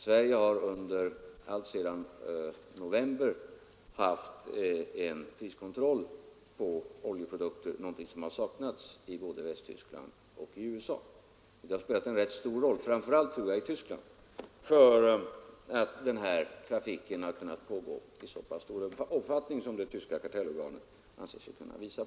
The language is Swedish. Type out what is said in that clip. Sverige har alltsedan november haft en priskontroll på oljeprodukter, något som saknats i både Västtyskland och USA. Detta har spelat en rätt stor roll — såvitt jag förstår framför allt i Västtyskland — för att denna trafik kunnat pågå i så stor omfattning som det tyska kartellorganet anser sig kunna påvisa.